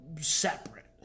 separate